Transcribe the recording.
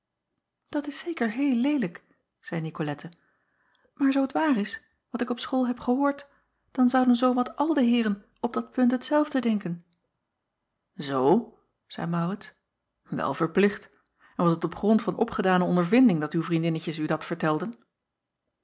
at is zeker heel leelijk zeî icolette maar zoo t waar is wat ik op school heb gehoord dan zouden zoo wat al de heeren op dat punt hetzelfde denken oo zeî aurits wel verplicht en was het op grond van opgedane ondervinding dat uw vriendinnetjes u dat vertelden